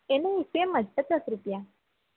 એનુંય same જ પચાસ રૂપિયા